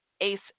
ACE